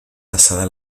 pasada